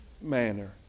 manner